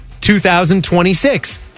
2026